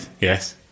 Yes